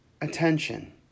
attention